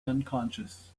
unconscious